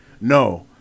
No